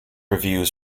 reviews